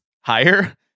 higher